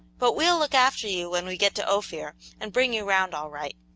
but we'll look after you when we get to ophir, and bring you round all right.